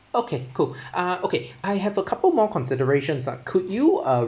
okay cool uh okay I have a couple more considerations ah could you